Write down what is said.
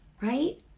right